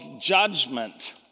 judgment